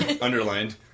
underlined